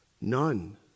none